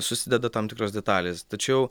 susideda tam tikros detalės tačiau